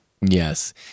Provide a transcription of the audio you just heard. Yes